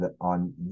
on